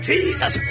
Jesus